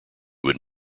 would